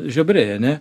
žiobriai ane